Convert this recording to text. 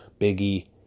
Biggie